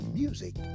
music